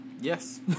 Yes